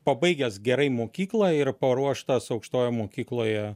pabaigęs gerai mokyklą ir paruoštas aukštojoj mokykloje